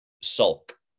sulk